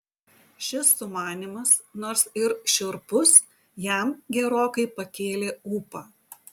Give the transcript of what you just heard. šis sumanymas nors ir šiurpus jam gerokai pakėlė ūpą